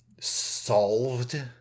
solved